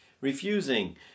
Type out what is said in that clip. refusing